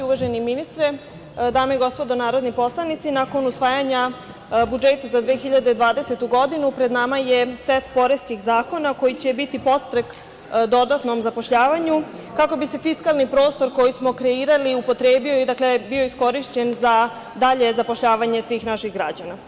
Uvaženi ministre, dame i gospodo narodni poslanici, nakon usvajanja budžeta za 2020. godinu pred nama je set poreskih zakona koji će biti podstrek dodatnom zapošljavanju, kako bi se fiskalni prostor, koji smo kreirali, upotrebio i bio iskorišćen za dalje zapošljavanje svih naših građana.